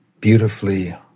beautifully